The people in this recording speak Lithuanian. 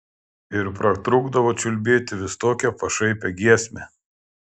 ir pratrūkdavo čiulbėti vis tokią pašaipią giesmę